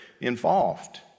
involved